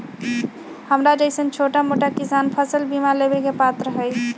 हमरा जैईसन छोटा मोटा किसान फसल बीमा लेबे के पात्र हई?